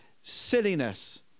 silliness